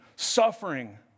suffering